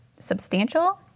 Substantial